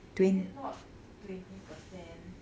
is it not twenty percent